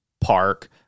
park